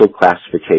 classification